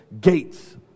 gates